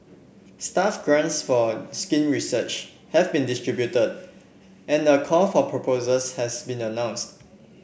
staff grants for skin research have been distributed and a call for proposals has been announced